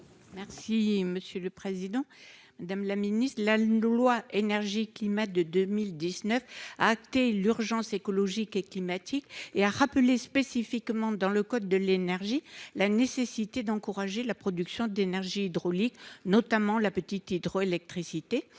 Merci monsieur le Président, dames, la ministre de la Langlois énergie qui mettent de 2019 acté l'urgence écologique et climatique et a rappelé spécifiquement dans le code de l'énergie, la nécessité d'encourager la production d'énergie hydraulique, notamment la petite hydroélectricité,